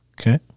Okay